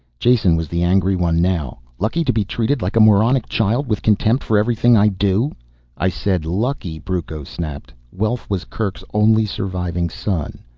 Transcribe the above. jason was the angry one now. lucky to be treated like a moronic child, with contempt for everything i do i said lucky, brucco snapped. welf was kerk's only surviving son.